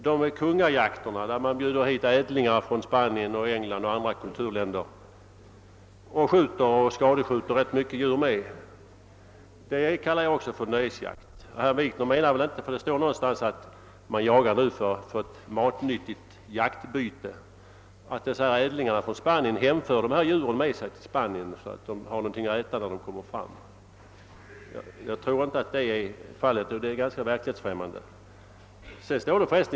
Vi har kungajakterna, till vilka man bjuder in ädlingar från Spanien och England eller andra kulturländer, varvid man skjuter eller skadeskjuter rätt mycket djur. Det kallar jag också nöjesjakt. Det står någonstans att man jagar för att få ett matnyttigt jaktbyte, men herr Wikner menar väl inte att ädlingarna för hem djuren till Spanien så att de skall ha något att äta när de kommer fram. Jag tror inte att så är fallet, utan det är nog ganska verklighetsfrämmande för dem.